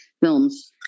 films